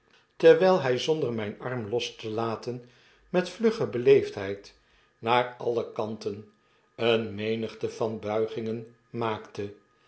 terwijl hy zonder myn arm los te laten met vlugge beleefdheid naar alle kanten eene menigte van buigingen maakte